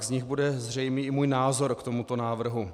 Z nich bude zřejmý i můj názor k tomuto návrhu.